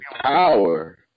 power